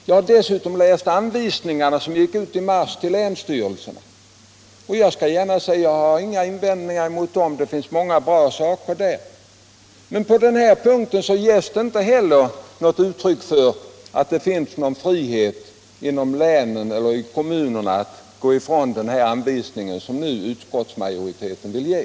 Jag har läst anvisningarna som gick ut i mars till länsstyrelserna. Jag har inga invändningar mot dem. Det finns många bra saker där. Men det finns inte på någon punkt något uttryck för att man inom länen eller kommunerna har någon frihet att gå ifrån de anvisningar som utskottsmajoriteten vill ge.